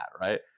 right